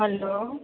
hello